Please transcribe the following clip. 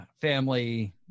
family